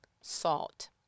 salt